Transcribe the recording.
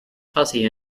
fuzzy